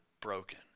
broken